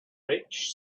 rich